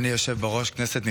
אדוני היושב בראש, כנסת נכבדה,